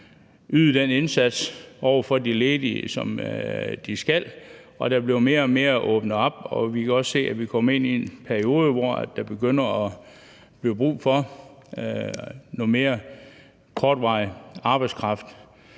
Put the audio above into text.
at yde den indsats over for de ledige, som de skal, og der bliver åbnet mere og mere op, og vi kan også se, at vi kommer ind i en periode, hvor der begynder at blive brug for noget mere kortvarig arbejdskraft.